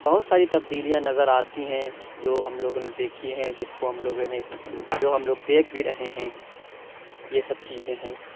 بہت ساری تبدیلیاں نظر آتی ہیں جو ہم لوگوں نے دیکھی ہیں جس کو ہم لوگوں نے جو ہم لوگ دیکھ بھی رہے ہیں یہ سب چیزیں ہیں